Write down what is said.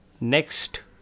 Next